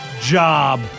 job